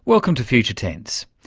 welcome to future tense.